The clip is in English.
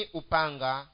upanga